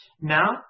Now